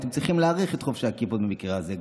אתם צריכים להעריך את חובשי הכיפות במקרה הזה.